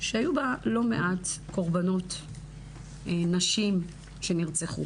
שהיו בה לא מעט קורבנות נשים שנרצחו.